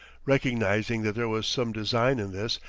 recognizing that there was some design in this,